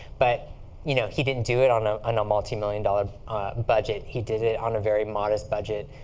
but you know he didn't do it on a and multi-million dollar budget. he did it on a very modest budget,